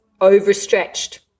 overstretched